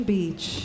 Beach